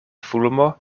fulmo